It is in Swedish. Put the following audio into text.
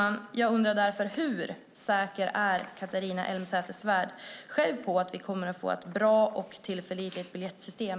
Mot den bakgrunden undrar jag hur säker Catharina Elmsäter-Svärd själv är på att vi efter avregleringen får ett bra och tillförlitligt biljettsystem.